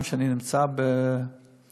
גם כשאני נמצא בנסיעה,